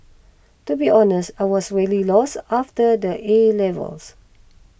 to be honest I was really lost after the A levels